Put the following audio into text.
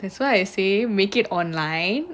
that's why I say make it online